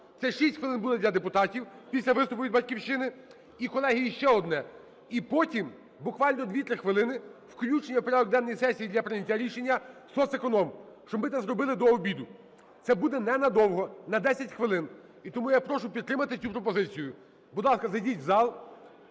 Це 6 хвилин буде для депутатів, після виступу від "Батьківщини". І колеги, іще одне. І потім буквально 2-3 хвилини – включення в порядок денний сесії для прийняття рішення соцеконом. Щоб ми це зробили до обіду. Це буде ненадовго, на 10 хвилин. І тому я прошу підтримати цю пропозицію. Будь ласка, зайдіть в зал